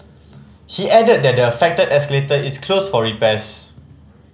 he added that the affected escalator is closed for repairs